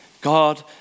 God